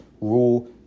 rule